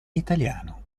italiano